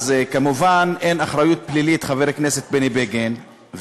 אז כמובן אין אחריות פלילית, חבר הכנסת בני בגין.